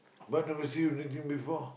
but it was you you did before